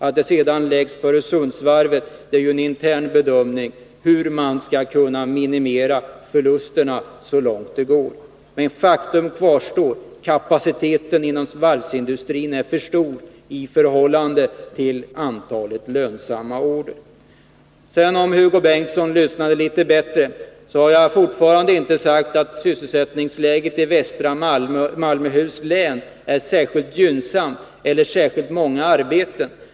Att det läggs på Öresundsvarvet är ju en intern bedömning av hur man skall kunna minimera förlusterna så långt det går. Men faktum kvarstår: kapaciteten inom varvsindustrin är för stor i förhållande till antalet lönsamma order. Om Hugo Bengtsson hade lyssnat litet bättre hade han hört att jag inte har sagt att sysselsättningsläget i västra Malmöhus län är särskilt gynnsamt eller att det finns särskilt många arbetstillfällen där.